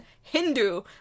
Hindu